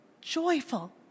joyful